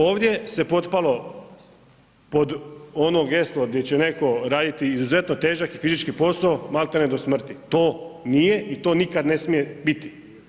Ovdje se potpalo pod ono geslo gdje će netko raditi izuzetno težak i fizički posao maltene do smrti, to nije i to nikada ne smije biti.